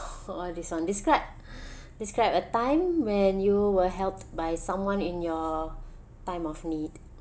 oh this [one] describe describe a time when you were helped by someone in your time of need